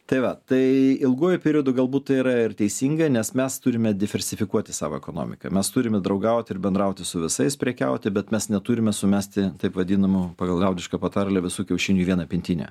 tai va tai ilguoju periodu galbūt tai yra ir teisinga nes mes turime diversifikuoti savo ekonomiką mes turime draugauti ir bendrauti su visais prekiauti bet mes neturime sumesti taip vadinamų pagal liaudišką patarlę visų kiaušinių į vieną pintinę